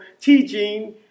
teaching